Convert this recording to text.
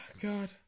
God